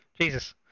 jesus